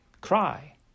Cry